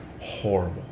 horrible